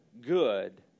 good